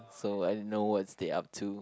so I know what's they up to